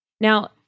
Now